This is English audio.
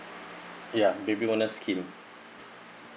ya baby bonus scheme